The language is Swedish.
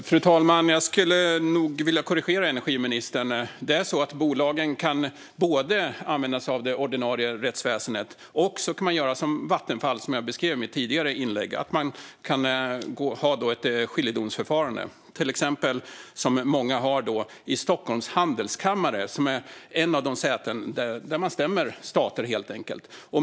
Fru talman! Jag vill korrigera energiministern. Bolagen kan både använda sig av det ordinarie rättsväsendet och göra som Vattenfall och ha ett skiljedomsförfarande, som jag beskrev i mitt tidigare inlägg. Det har många exempelvis i Stockholms Handelskammare, som är ett av de säten där man helt enkelt stämmer stater.